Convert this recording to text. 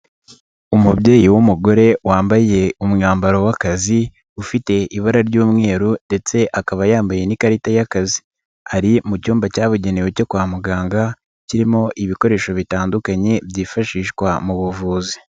Umubyeyi w'umugore wambaye umwambaro w'akazi ufite ibara ry'umweru ndetse akaba yambaye n'ikarita y'akazi, ari mu cyumba cyabugenewe cyo kwa muganga kirimo ibikoresho bitandukanye byifashishwa mu buvuzi.